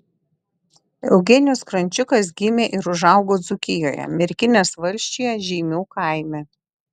eugenijus krančiukas gimė ir užaugo dzūkijoje merkinės valsčiuje žeimių kaime